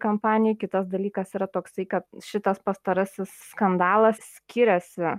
kampanijoj kitas dalykas yra toksai kad šitas pastarasis skandalas skiriasi